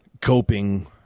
coping